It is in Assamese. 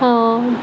অঁ